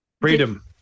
freedom